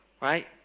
right